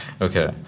Okay